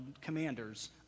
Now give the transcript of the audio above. commanders